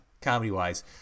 comedy-wise